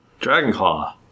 Dragonclaw